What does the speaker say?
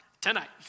tonight